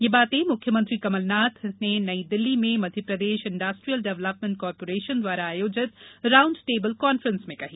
ये बातें मुख्यमंत्री कमल नाथ ने नई दिल्ली में मध्यप्रदेश इण्डस्ट्रियल डेव्हलपमेंट कॉर्पोरेशन द्वारा आयोजित राउंड टेबल कॉन्फ्रेंस में कहीं